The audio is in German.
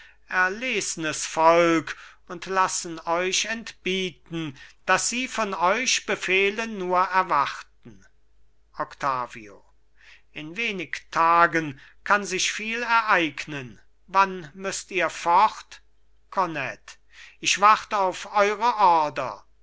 erlesnes volk und lassen euch entbieten daß sie von euch befehle nur erwarten octavio in wenig tagen kann sich viel ereignen wann müßt ihr fort kornett ich wart auf eure